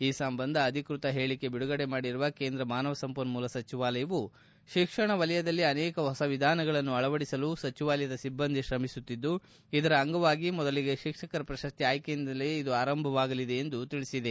ಈ ಸಂಬಂಧ ಅಧಿಕೃತ ಹೇಳಿಕೆ ಬಿಡುಗಡೆ ಮಾಡಿರುವ ಕೇಂದ್ರ ಮಾನವ ಸಂಪನ್ನೂಲ ಸಚಿವಾಲಯವು ಶಿಕ್ಷಣ ವಲಯದಲ್ಲಿ ಅನೇಕ ಹೊಸ ವಿಧಾನಗಳನ್ನು ಅಳವಡಿಸಲು ಸಚಿವಾಲಯದ ಸಿಬ್ಬಂದಿ ಶ್ರಮಿಸುತ್ತಿದ್ದು ಇದರ ಅಂಗವಾಗಿ ಮೊದಲಿಗೆ ಶಿಕ್ಷಕರ ಪ್ರಶಸ್ತಿ ಆಯ್ಕೆಯಿಂದಲೇ ಇದು ಆರಂಭವಾಗಲಿದೆ ಎಂದು ತಿಳಿಸಿದೆ